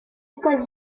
états